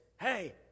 hey